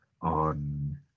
on